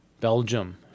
Belgium